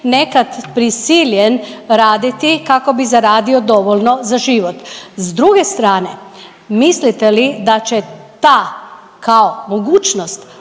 nekad prisiljen raditi kako bi zaradio dovoljno za život. S druge strane mislite li da će ta kao mogućnost